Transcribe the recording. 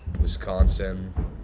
Wisconsin